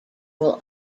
will